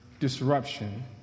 disruption